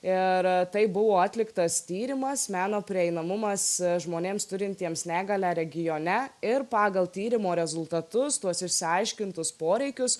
ir taip buvo atliktas tyrimas meno prieinamumas žmonėms turintiems negalią regione ir pagal tyrimo rezultatus tuos išsiaiškintus poreikius